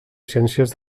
ciències